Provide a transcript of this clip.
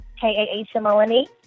K-A-H-M-O-N-E